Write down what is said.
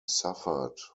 suffered